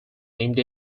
named